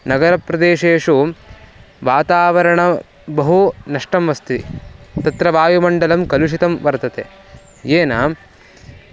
नगरप्रदेशेषु वातावरणं बहु नष्टम् अस्ति तत्र वायुमण्डलं कलुषितं वर्तते येन